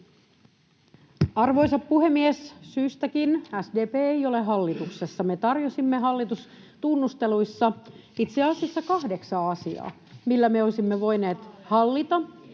Arvoisa puhemies! Syystäkin SDP ei ole hallituksessa. Me tarjosimme hallitustunnusteluissa itse asiassa kahdeksaa asiaa, millä me olisimme voineet hallita